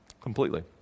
completely